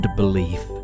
belief